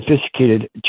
sophisticated